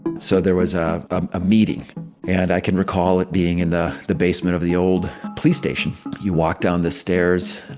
so there was a ah meeting and i can recall it being in the the basement of the old police station. you walk down the stairs,